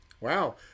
Wow